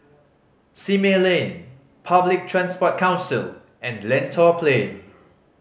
Simei Lane Public Transport Council and Lentor Plain